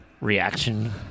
reaction